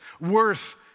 Worth